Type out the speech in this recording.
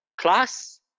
class